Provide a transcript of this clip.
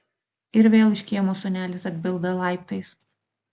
ir vėl iš kiemo sūnelis atbilda laiptais